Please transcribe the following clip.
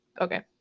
okay